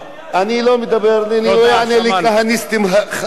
לבנות התנחלויות.